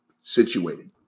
situated